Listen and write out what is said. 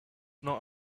not